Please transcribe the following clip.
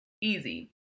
easy